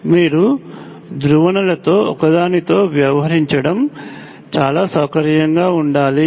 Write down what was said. మీరు ధ్రువణతలలో ఒకదానితో వ్యవహరించడం చాలా సౌకర్యంగా ఉండాలి